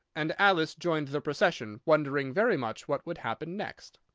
and alice joined the procession, wondering very much what would happen next.